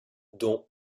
dont